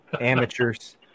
Amateurs